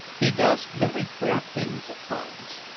he does very queer things at times.